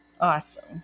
Awesome